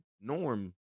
norm